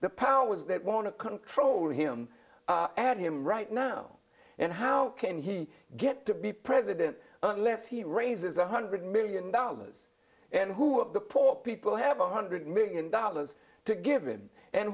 the powers that want to control him add him right now and how can he get to be president unless he raises one hundred million dollars and who of the poor people have a hundred million dollars to give him and